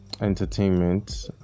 entertainment